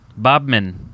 Bobman